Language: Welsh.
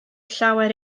llawer